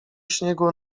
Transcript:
śniegu